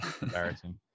Embarrassing